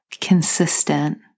consistent